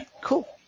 Cool